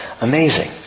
Amazing